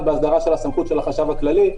בהסדרה של הסמכות של החשב הכללי.